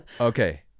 Okay